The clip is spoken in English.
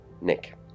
Nick